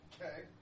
Okay